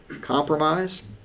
compromise